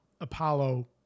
apollo